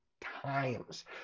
Times